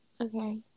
okay